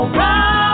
round